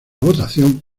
votación